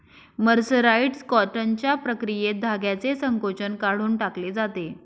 mercerised कॉटनच्या प्रक्रियेत धाग्याचे संकोचन काढून टाकले जाते